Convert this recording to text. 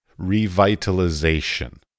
Revitalization